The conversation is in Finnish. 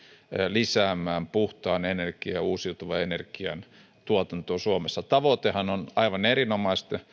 lisäämään puhtaan energian uusiutuvan energian tuotantoa suomessa tavoitehan on aivan erinomainen